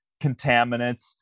contaminants